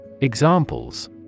Examples